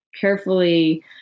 carefully